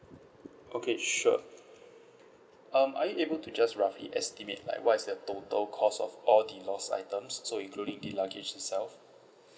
okay sure um are you able to just roughly estimate like what is the total cost of all the lost items so including the luggage itself